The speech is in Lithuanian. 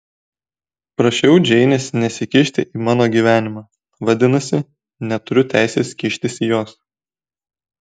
prašiau džeinės nesikišti į mano gyvenimą vadinasi neturiu teisės kištis į jos